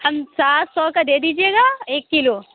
ہم سات سو کا دے دیجیے گا ایک کیلو